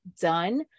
done